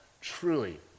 truly